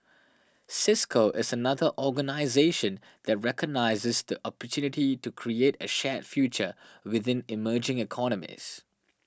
Cisco is another organisation that recognises the opportunity to create a shared future within emerging economies